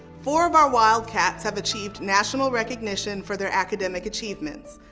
four of our wildcats have achieved national recognition for their academic achievements.